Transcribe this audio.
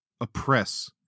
oppress